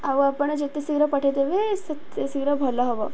ଆଉ ଆପଣ ଯେତେ ଶୀଘ୍ର ପଠେଇଦେବେ ସେତେ ଶୀଘ୍ର ଭଲ ହେବ